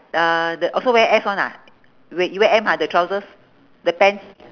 the the oh so wear S [one] ah wait you wear M ha the trousers the pants